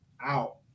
out